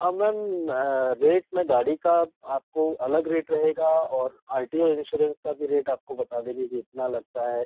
हाँ ma'am rate में गाड़ी का आपको अलग रेट रहेगा और आर टी ओ इंश्योरेंस का भी रेट आपको बता देंगे कि इतना लगता है